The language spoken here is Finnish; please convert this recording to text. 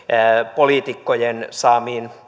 poliitikkojen saamiin